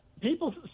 people